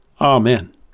Amen